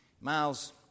Miles